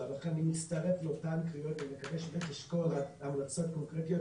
לכן אני מצטרף לאותן קריאות ואני מקווה שבאמת נשקול המלצות קונקרטיות.